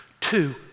Two